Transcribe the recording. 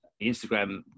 instagram